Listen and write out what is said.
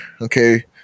okay